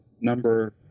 number